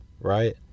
Right